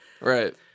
Right